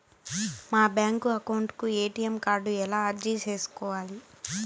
మా bank account కు ATM card ఎలా అర్జీ సేసుకోవాలి?